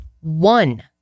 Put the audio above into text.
One